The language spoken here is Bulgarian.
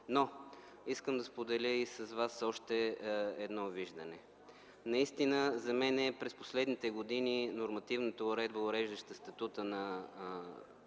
Искам да споделя с вас още едно виждане. Наистина за мен през последните години нормативната уредба, уреждаща статута на